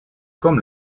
comme